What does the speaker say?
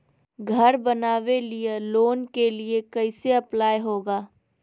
घर बनावे लिय लोन के लिए कैसे अप्लाई होगा?